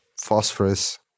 phosphorus